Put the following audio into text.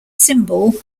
symbol